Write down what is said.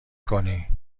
کنی